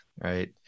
right